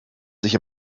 sich